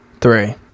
three